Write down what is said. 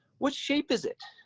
what shape is it?